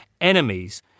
enemies